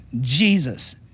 Jesus